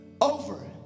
over